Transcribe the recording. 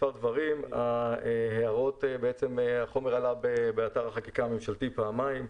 החומר עלה באתר החקיקה הממשלתי פעמיים.